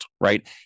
right